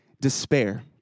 despair